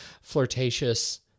flirtatious